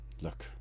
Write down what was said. look